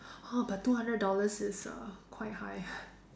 !huh! but two hundred dollars is uh quite high